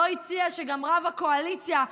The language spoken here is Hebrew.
לא הציע שגם רב הקואליציה,